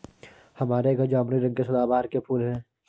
हमारे घर जामुनी रंग के सदाबहार के फूल हैं